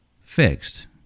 fixed